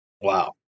Wow